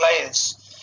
players